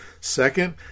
Second